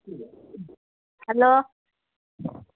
hello